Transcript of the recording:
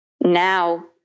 now